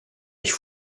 ich